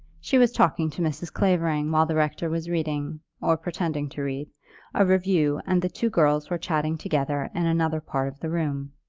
she was talking to mrs. clavering while the rector was reading or pretending to read a review, and the two girls were chattering together in another part of the room.